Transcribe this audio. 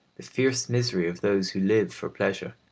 the fierce misery of those who live for pleasure,